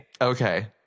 Okay